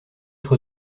être